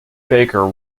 baker